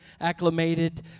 acclimated